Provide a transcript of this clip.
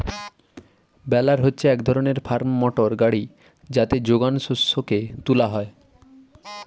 বেলার হচ্ছে এক ধরণের ফার্ম মোটর গাড়ি যাতে যোগান শস্যকে তুলা হয়